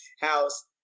house